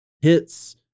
hits